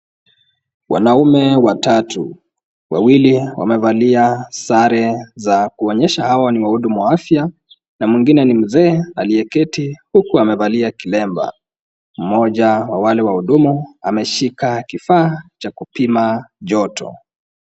Wanaume watatu, wawili wamevalia sare kuonyesha kuwa hawa ni wahudumu wa afya na mwingine ni mzee aliyeketi huku amevalia kilemba. Mmmoja wa wale wahudumu ameshika kifaa cha kupima joto.